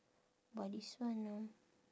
but this one ah